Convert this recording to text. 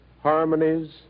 harmonies